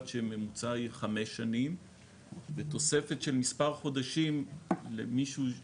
שהממוצע הוא כחמש שנים ותוספת של מספר חודשים עם מישהו שהוא